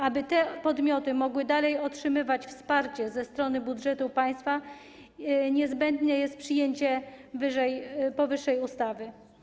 Aby te podmioty mogły dalej otrzymywać wsparcie ze strony budżetu państwa, niezbędne jest przyjęcie powyższej ustawy.